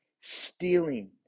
stealing